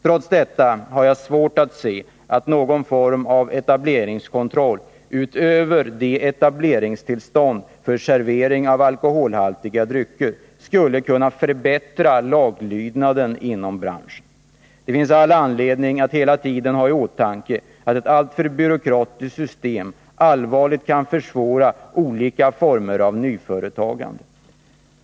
Trots detta har jag svårt att se att någon form av etableringskontroll utöver etableringstillstånd för servering av alkoholhaltiga drycker skulle kunna förbättra laglydnaden inom branschen. Det finns all anledning att hela tiden ha i åtanke att ett alltför byråkratiskt system allvarligt kan försvåra olika former av nyföretagande.